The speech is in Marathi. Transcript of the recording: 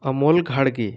अमोल घाडगे